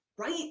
Right